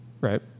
right